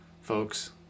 folks